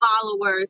followers